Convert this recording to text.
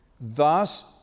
Thus